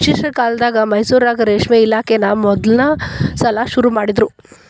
ಬ್ರಿಟಿಷರ ಕಾಲ್ದಗ ಮೈಸೂರಾಗ ರೇಷ್ಮೆ ಇಲಾಖೆನಾ ಮೊದಲ್ನೇ ಸಲಾ ಶುರು ಮಾಡಿದ್ರು